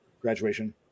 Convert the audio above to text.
graduation